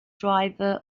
driver